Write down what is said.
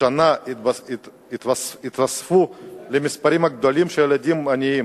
שנה יתווספו למספרים הגדולים של הילדים העניים